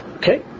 Okay